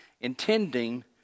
Intending